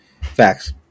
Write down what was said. Facts